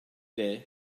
there